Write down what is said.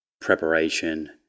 preparation